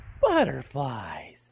Butterflies